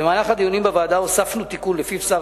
במהלך הדיונים בוועדה הוספנו תיקון שלפיו שר